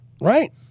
Right